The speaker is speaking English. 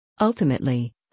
Ultimately